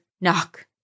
knock